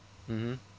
mmhmm